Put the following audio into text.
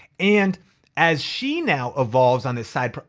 and as she now evolves on this side, but